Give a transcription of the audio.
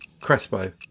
Crespo